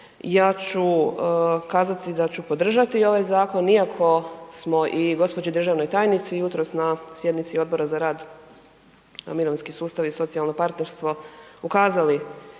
ja ću kazati da ću podržati ovaj zakon iako smo i gđi. državnoj tajnici jutros na sjednici Odbora za rad, mirovinski sustav i socijalno partnerstvo ukazali